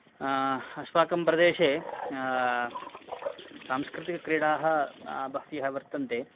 अस्माकं प्रदेशे सांस्कृतिकक्रीडाः बह्व्यः वर्तन्ते